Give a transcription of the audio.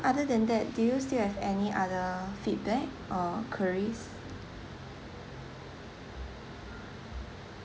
other than that do you still have any other feedback or queries